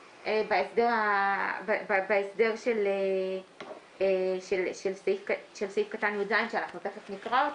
בהסדר של סעיף קטן (יז) שאנחנו תיכף נקרא אותו.